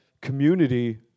community